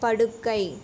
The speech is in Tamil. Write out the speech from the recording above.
படுக்கை